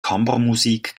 kammermusik